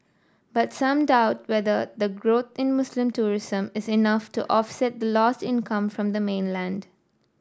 but some doubt whether the growth in Muslim tourism is enough to offset the lost income from the mainland